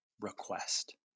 request